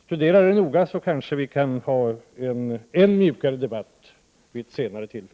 Studera det noga, så kan vi kanske vid ett senare tillfälle föra en än mjukare debatt.